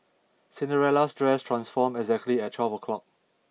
Cinderella's dress transformed exactly at twelve o' clock